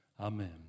Amen